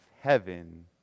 heaven